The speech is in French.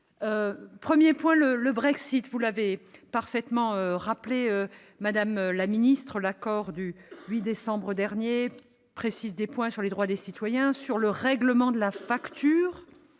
premier point porte sur le Brexit. Vous l'avez rappelé, madame la ministre, l'accord du 8 décembre précise des points sur les droits des citoyens, sur le règlement de la facture,